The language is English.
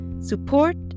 support